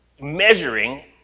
measuring